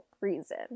reason